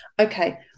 okay